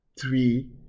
three